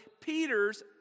Peter's